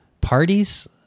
parties